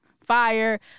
fire